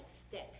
stick